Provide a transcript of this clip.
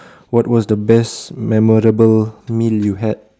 what was the best memorable meal you had